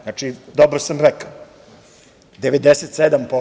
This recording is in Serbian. Znači, dobro sam rekao, 97%